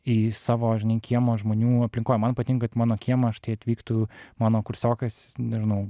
į savo žinai kiemo žmonių aplinkoj man patinka kad į mano kiemą štai atvyktų mano kursiokas nežinau